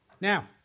Now